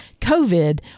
COVID